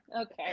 Okay